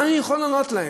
מה אני יכול לענות להם?